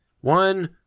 One